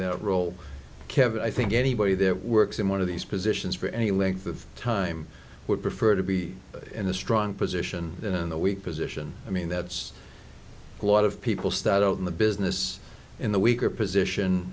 that role kevin i think anybody that works in one of these positions for any length of time would prefer to be in a strong position in a weak position i mean that's a lot of people start out in the business in the weaker